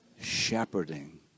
Shepherding